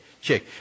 check